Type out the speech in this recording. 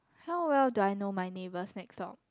how well do I know my neighbours next door